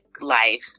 life